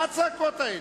תודה.